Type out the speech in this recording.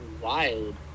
wild